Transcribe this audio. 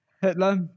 Hitler